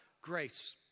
grace